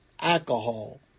alcohol